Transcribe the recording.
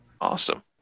Awesome